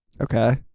Okay